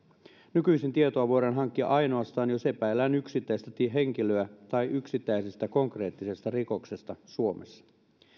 nykyisin tietoa voidaan hankkia ainoastaan jos epäillään yksittäistä henkilöä tai yksittäisestä konkreettisesta rikoksesta suomessa